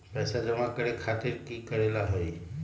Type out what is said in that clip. पैसा जमा करे खातीर की करेला होई?